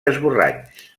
esborranys